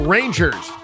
Rangers